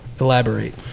Elaborate